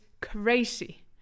crazy